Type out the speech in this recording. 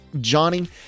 johnny